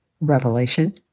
Revelation